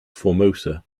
formosa